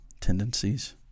tendencies